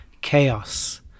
chaos